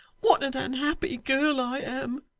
what an unhappy girl i am